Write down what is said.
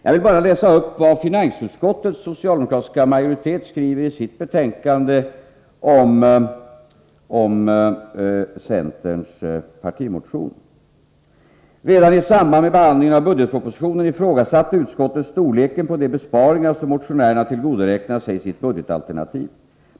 Jag vill bara läsa upp vad finansutskottets socialdemokratiska majoritet skriver i utskottets betänkande om centerns partimotion: ”Redan i samband med behandlingen av budgetpropositionen ifrågasatte utskottet storleken på de besparingar som motionärerna tillgodoräknade sig i sitt budgetalternativ.